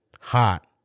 Hot